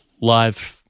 live